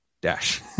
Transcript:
dash